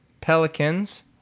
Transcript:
Pelicans